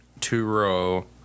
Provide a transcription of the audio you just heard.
two-row